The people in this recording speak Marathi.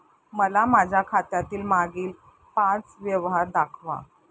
मला माझ्या खात्यातील मागील पांच व्यवहार दाखवा